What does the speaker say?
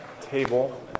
table